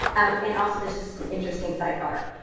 and also, this is an interesting sidebar.